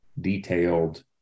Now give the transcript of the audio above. detailed